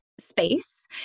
Space